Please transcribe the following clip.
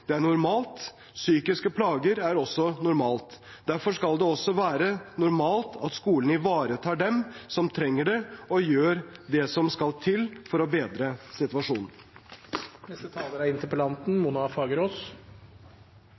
Det er normalt. Psykiske plager er også normalt. Derfor skal det også være normalt at skolen ivaretar dem som trenger det, og gjør det som skal til for å bedre situasjonen.